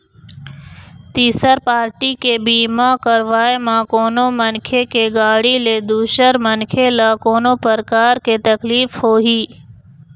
तिसर पारटी के बीमा करवाय म कोनो मनखे के गाड़ी ले दूसर मनखे ल कोनो परकार के तकलीफ होही